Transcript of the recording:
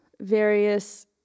various